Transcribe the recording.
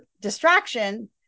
distraction